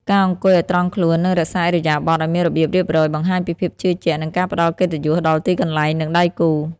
ការអង្គុយឱ្យត្រង់ខ្លួន និងរក្សាឥរិយាបថឱ្យមានរបៀបរៀបរយ បង្ហាញពីភាពជឿជាក់ និងការផ្ដល់កិត្តិយសដល់ទីកន្លែង និងដៃគូ។